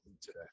today